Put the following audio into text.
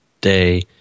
day